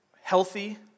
healthy